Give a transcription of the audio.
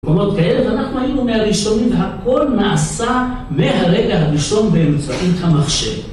מקומות כאלה ואנחנו היינו מהראשונים והכל נעשה מהרגע הראשון באמצעית המחשב